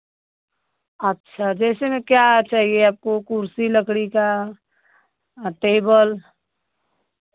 अच्छा जैसे में क्या चाहिए आपको कुर्सी लकड़ी का आ टेबल